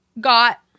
got